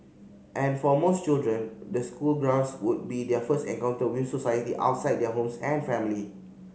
and for most children the school grounds would be their first encounter with society outside their homes and family